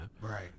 right